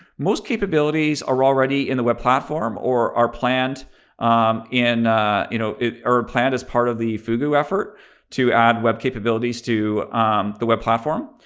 most capabilities are already in the web platform or are planned in you know or ah planned as part of the fugu effort to add web capabilities to um the web platform.